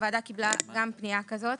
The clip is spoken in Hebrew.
הוועדה קיבלה גם פנייה כזאת.